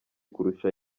kurusha